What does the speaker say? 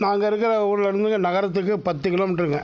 நாங்கள் இருக்கிற ஊருலேருந்துங்க நகரத்துக்கு பத்து கிலோமீட்டருங்க